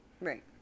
Right